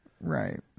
Right